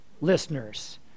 listeners